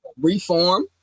reform